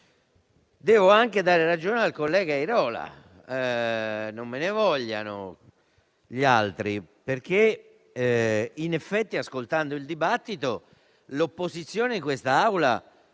Devo anche dar ragione al collega Airola e non me ne vogliano gli altri. In effetti, ascoltando il dibattito, l'opposizione in quest'Aula